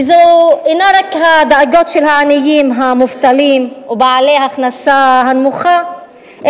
וזו אינה רק הדאגה של העניים המובטלים ובעלי ההכנסה הנמוכה,